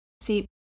See